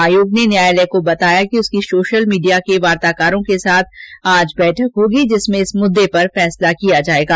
आयोग ने न्यायालय को बताया कि उसकी सोशल मीडिया के वार्ताकारों के साथ आज बैठक होनी है जिसमें इस मुद्दे पर फैसला किया जाएगा